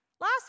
Last